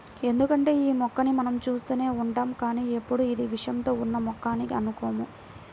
ఎందుకంటే యీ మొక్కని మనం చూస్తూనే ఉంటాం కానీ ఎప్పుడూ ఇది విషంతో ఉన్న మొక్క అని అనుకోము